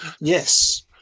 Yes